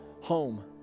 home